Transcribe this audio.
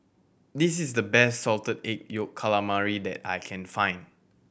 this is the best Salted Egg Yolk Calamari that I can find